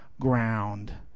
ground